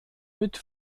mit